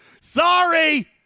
Sorry